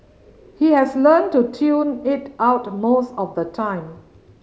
he has learnt to tune it out most of the time